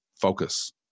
focus